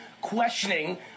questioning